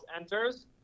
enters